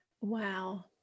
Wow